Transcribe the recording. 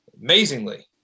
amazingly